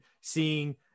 seeing